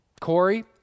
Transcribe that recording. Corey